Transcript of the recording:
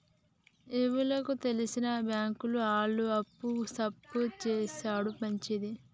ఎవలకు తెల్సిన బాంకుల ఆళ్లు అప్పు సప్పు జేసుడు మంచిది